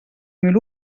mil